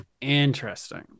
Interesting